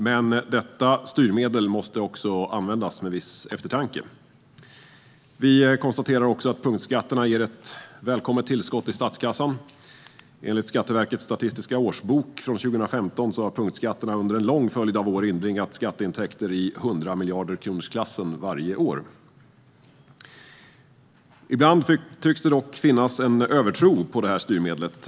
Men detta styrmedel måste också användas med viss eftertanke. Vi konstaterar att punktskatterna ger ett välkommet tillskott till statskassan. Enligt Skatteverkets statistiska årsbok från 2015 har punktskatterna under en lång följd av år inbringat skatteintäkter på runt 100 miljarder kronor varje år. Ibland tycks det dock finnas en övertro på detta styrmedel.